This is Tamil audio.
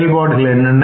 செயல்பாடுகள் என்னென்ன